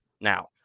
Now